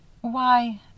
Why